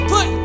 Put